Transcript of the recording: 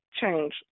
change